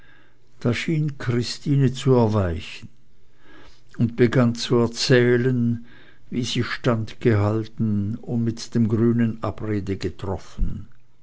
da schien christine zu erweichen und begann zu erzählen wie sie standgehalten und mit dem grünen abrede getroffen